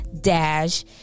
Dash